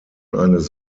eines